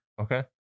Okay